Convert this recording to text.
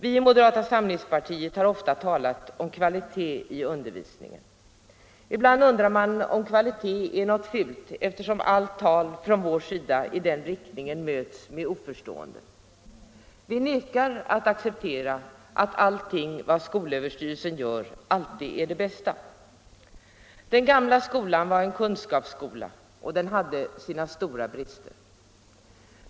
Vi i moderata samlingspartiet har ofta talat om kvalitet i undervisningen. Ibland undrar man om kvalitet är något fult eftersom allt tal från vår sida i den riktningen möts med oförstående. Vi vägrar att acceptera att allting vad skolöverstyrelsen gör är det bästa. Den gamla skolan var en kunskapsskola, och den hade sina stora brister.